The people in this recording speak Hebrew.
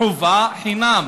חובה, חינם.